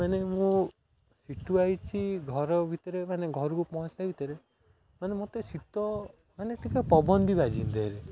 ମାନେ ମୁଁ ସିଟୁ ଆଇଛି ଘର ଭିତରେ ମାନେ ଘରକୁ ପହଞ୍ଚିଲା ଭିତରେ ମାନେ ମୋତେ ଶୀତ ମାନେ ଟିକେ ପବନ ବି ବାଜିନି ଦେହରେ